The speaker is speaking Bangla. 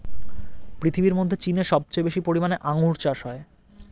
পৃথিবীর মধ্যে চীনে সবচেয়ে বেশি পরিমাণে আঙ্গুর চাষ হয়